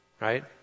right